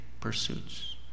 pursuits